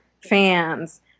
fans